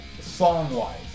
song-wise